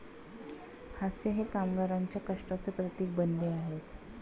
हास्य हे कामगारांच्या कष्टाचे प्रतीक बनले आहे